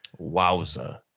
Wowza